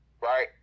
Right